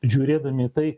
žiūrėdami į tai